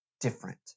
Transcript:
different